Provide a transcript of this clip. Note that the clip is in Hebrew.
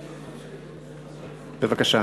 בבקשה.